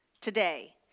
today